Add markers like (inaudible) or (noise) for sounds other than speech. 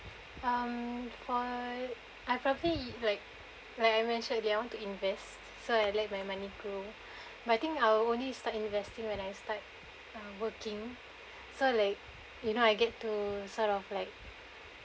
um for I probably like like I mention already I want to invest so I like my money grow (breath) but I think I will only start investing when I start uh working so like you know I get to sort of like